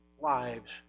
lives